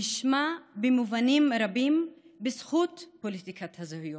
נשמע במובנים רבים בזכות פוליטיקת הזהויות.